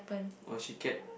or she kept